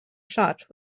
shot